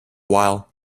while